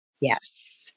Yes